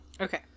Okay